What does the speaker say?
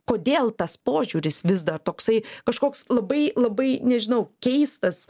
kodėl tas požiūris vis dar toksai kažkoks labai labai nežinau keistas